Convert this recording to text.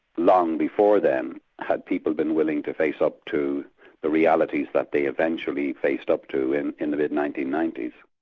long before then had people been willing to face up to the realities that they eventually faced up to in in the mid nineteen ninety s.